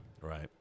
right